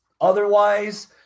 Otherwise